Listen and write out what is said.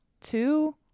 two